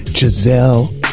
Giselle